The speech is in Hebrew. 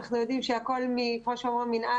ואנחנו יודעים שהכול מן-אללה,